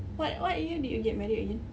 what what year did you get married again